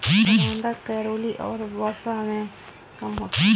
करौंदा कैलोरी और वसा में कम होते हैं